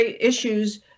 issues